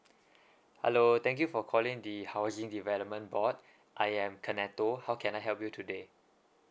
hello thank you for calling the housing development board I am cornetto how can I help you today